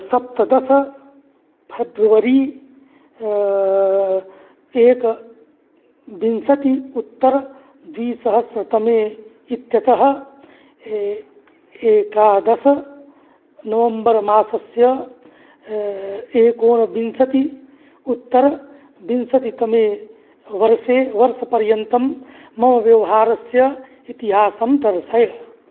सप्तदश फ़ेब्रवरी एकविंशत्युत्तरद्विसहस्रतमे इत्यतः एकादश नवम्बर् मासस्य एकोनविंशत्युत्तरविंशतितमेवर्षे वर्षपर्यन्तं मम व्यवहारस्य इतिहासं दर्शय